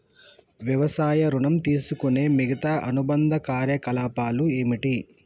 వ్యవసాయ ఋణం తీసుకునే మిగితా అనుబంధ కార్యకలాపాలు ఏమిటి?